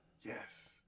Yes